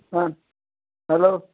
ಹಾಂ ಅಲೋ